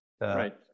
right